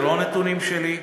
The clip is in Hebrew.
זה לא נתונים שלי,